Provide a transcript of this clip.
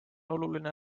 oluline